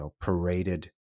paraded